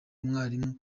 umwarimu